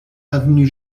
avenue